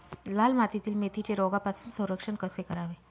लाल मातीतील मेथीचे रोगापासून संरक्षण कसे करावे?